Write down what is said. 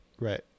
Right